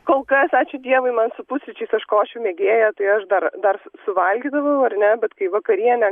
kol kas ačiū dievui man su pusryčiais aš košių mėgėja tai aš dar dar suvalgydavau ar ne bet kai vakarienė